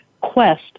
quest